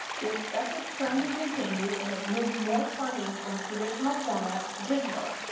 we expect this trend to continue and have moved more funding from traditional formats to digital.